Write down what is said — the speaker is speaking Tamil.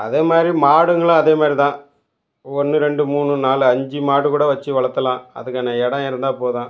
அதே மாதிரி மாடுகளும் அதே மாதிரி தான் ஒன்று ரெண்டு மூணு நாலு அஞ்சு மாடு கூட வைச்சு வளர்த்தலாம் அதுக்கான இடம் இருந்தால் போதும்